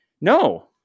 no